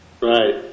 Right